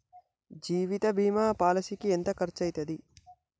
జీవిత బీమా పాలసీకి ఎంత ఖర్చయితది?